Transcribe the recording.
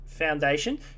foundation